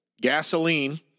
gasoline